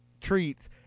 treats